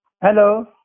Hello